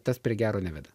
tas prie gero neveda